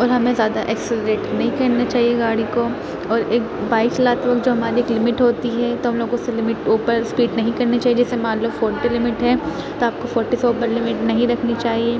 اور ہمیں زیادہ ایکسیلیٹر نہیں کرنا چاہیے گاڑی کو اور ایک بائک چلاتے وقت جو ہماری ایک لیمٹ ہوتی ہے تو ہم لوگ کو اِس لیمٹ کے اوپر اسپیڈ نہیں کرنی چاہیے جیسے مان لو فورٹی لیمٹ ہے تو آپ کو فورٹی سے اوپر لیمٹ نہیں رکھنی چاہیے